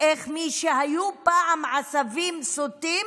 איך מי שהיו פעם עשבים שוטים